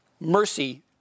Mercy